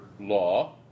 law